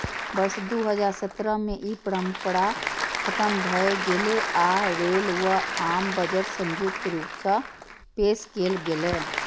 वर्ष दू हजार सत्रह मे ई परंपरा खतम भए गेलै आ रेल व आम बजट संयुक्त रूप सं पेश कैल गेलै